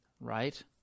right